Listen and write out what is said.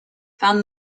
found